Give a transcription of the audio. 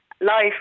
life